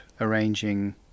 arranging